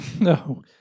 No